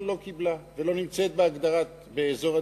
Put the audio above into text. לא קיבלה ולא נמצאת בהגדרת אזור עדיפות,